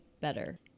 better